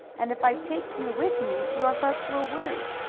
and if i take you with me your folks will worry.